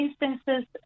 instances